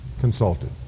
consulted